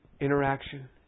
interaction